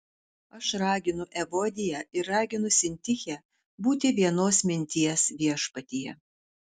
aš raginu evodiją ir raginu sintichę būti vienos minties viešpatyje